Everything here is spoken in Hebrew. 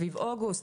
סביב אוגוסט,